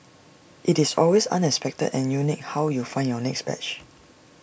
IT is always unexpected and unique how you find your next badge